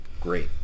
Great